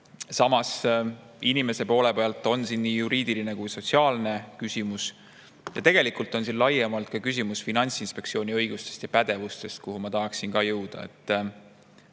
Samas, inimese poole pealt on siin nii juriidiline kui ka sotsiaalne küsimus. Tegelikult on siin ka laiemalt küsimus Finantsinspektsiooni õigustest ja pädevusest, kuhu ma tahaksin ka jõuda.